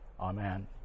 Amen